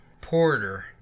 Porter